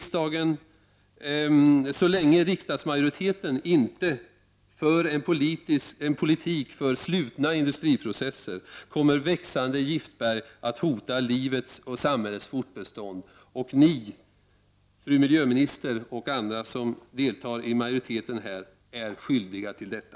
Så länge riksdagsmajoriteten inte för en politik för slutna industriprocesser kommer växande giftberg att hota livets och därmed samhällets fortbestånd. Och ni, fru miljöminister och andra i majoriteten, är skyldiga till detta!